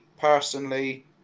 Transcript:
personally